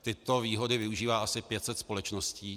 Tyto výhody využívá asi 500 společností.